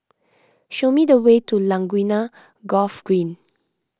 show me the way to Laguna Golf Green